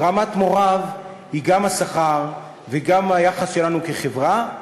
ורמת מוריו היא גם השכר, גם היחס שלנו כחברה,